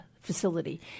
facility